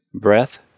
breath